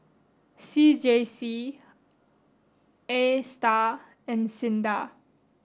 C J C ASTAR and SINDA